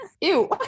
ew